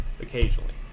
occasionally